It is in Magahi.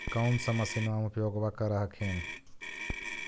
कौन सा मसिन्मा मे उपयोग्बा कर हखिन?